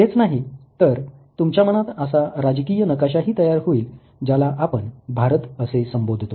हेच नाही तर तुमच्या मनात असा राजकीय नकाशाही तयार होईल ज्याला आपण भारत असे संबोधतो